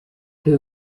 peut